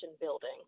building